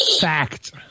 Fact